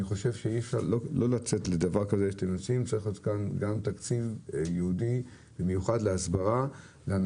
אני חושב שצריך להיות כאן גם תקציב ייעודי במיוחד להסברה.